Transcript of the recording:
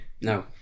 No